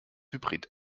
hybrid